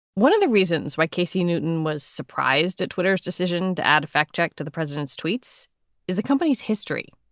one of the reasons why casey newton was surprised at twitter's decision to add a fact check to the president's tweets is the company's history.